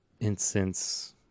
incense